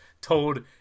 told